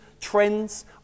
trends